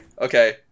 Okay